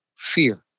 Fear